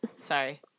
Sorry